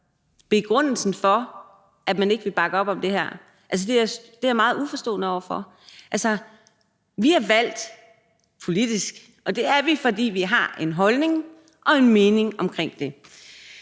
begrundelsen for, at man ikke vil bakke op om det her. Det er jeg meget uforstående over for. Altså, vi er valgt politisk, og det er vi, fordi vi har en holdning og en mening om det.